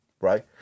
Right